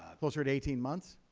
ah closer to eighteen months?